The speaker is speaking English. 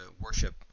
worship